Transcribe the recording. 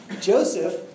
Joseph